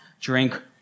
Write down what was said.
drink